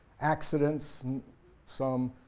accidents some,